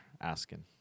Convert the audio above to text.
asking